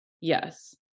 yes